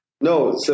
No